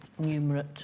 numerate